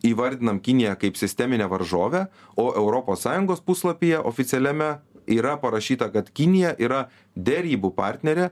įvardinam kiniją kaip sisteminę varžovę o europos sąjungos puslapyje oficialiame yra parašyta kad kinija yra derybų partnerė